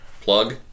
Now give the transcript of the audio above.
Plug